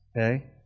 okay